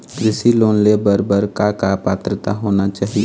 कृषि लोन ले बर बर का का पात्रता होना चाही?